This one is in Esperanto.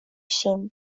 ŝin